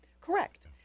correct